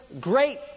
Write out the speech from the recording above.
great